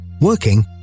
Working